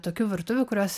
tokių virtuvių kurios